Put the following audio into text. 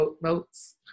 notes